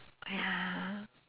oh ya